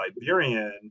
Liberian